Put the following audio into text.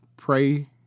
Pray